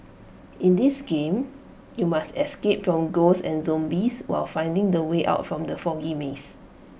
in this game you must escape from ghosts and zombies while finding the way out from the foggy maze